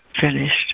finished